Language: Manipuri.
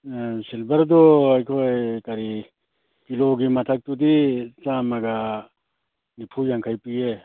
ꯁꯤꯜꯕꯔꯗꯣ ꯑꯩꯈꯣꯏ ꯀꯔꯤ ꯀꯤꯂꯣꯒꯤ ꯃꯊꯛꯇꯨꯗꯤ ꯆꯥꯃꯒ ꯅꯤꯐꯨ ꯌꯥꯡꯈꯩ ꯄꯤꯌꯦ